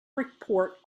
report